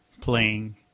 playing